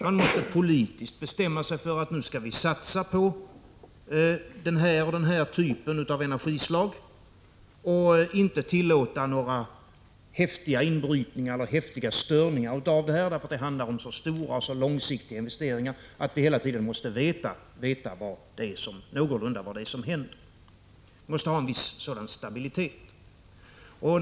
Man måste politiskt bestämma sig för det här eller det där energislaget. Man får inte tillåta några häftiga inbrytningar eller störningar, eftersom det handlar om så stora och så långsiktiga investeringar att vi hela tiden måste veta någorlunda vad som händer. Man måste ha en viss stabilitet i det avseendet.